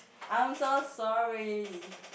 I'm so sorry